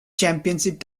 championship